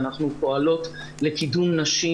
ואנחנו פועלות לקידום נשים,